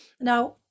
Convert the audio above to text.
Now